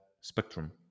spectrum